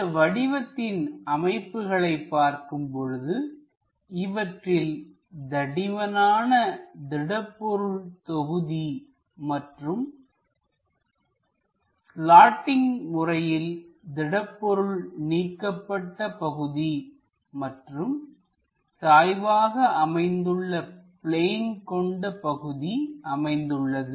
இந்த வடிவத்தின் அமைப்புகளை பார்க்கும்போது இவற்றில் தடிமனான திடப்பொருள் தொகுதி மற்றும் ஸ்லாட்டிங் முறையில் திடப்பொருள் நீக்கப்பட்ட பகுதி மற்றும் சாய்வாக அமைந்துள்ள பிளேன் கொண்ட பகுதி அமைந்துள்ளது